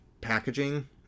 packaging